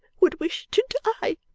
would wish to die.